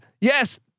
Yes